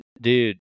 dude